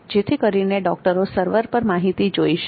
જેથી કરીને ડોક્ટરો સર્વર પર માહિતી જોઈ શકે